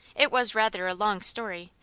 it was rather a long story,